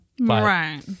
right